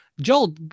Joel